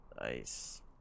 Nice